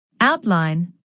outline